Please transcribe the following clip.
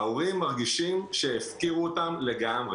ההורים מרגישים שהפקירו אותם לגמרי.